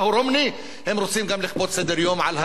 הם רוצים גם לכפות סדר-יום על הבחירות באמריקה